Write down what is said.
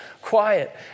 Quiet